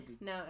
no